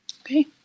Okay